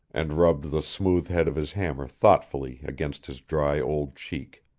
and rubbed the smooth head of his hammer thoughtfully against his dry old cheek.